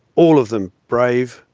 all of them brave,